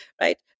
right